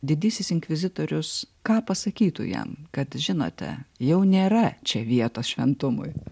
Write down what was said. didysis inkvizitorius ką pasakytų jam kad žinote jau nėra čia vietos šventumui